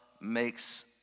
makes